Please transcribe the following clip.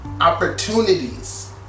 opportunities